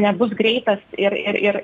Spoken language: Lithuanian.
nebus greitas ir ir ir